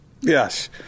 Yes